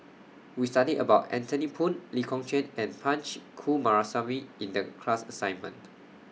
We studied about Anthony Poon Lee Kong Chian and Punch Coomaraswamy in The class assignment